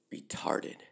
retarded